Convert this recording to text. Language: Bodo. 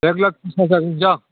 एक लाख थ्रिस हाजार हैनोसां